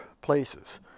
places